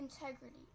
Integrity